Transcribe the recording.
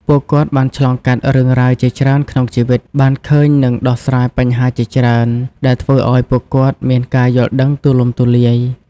ពួកគាត់បានឆ្លងកាត់រឿងរ៉ាវជាច្រើនក្នុងជីវិត បានឃើញ និងដោះស្រាយបញ្ហាជាច្រើន ដែលធ្វើឲ្យពួកគាត់មានការយល់ដឹងទូលំទូលាយ។